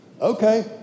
Okay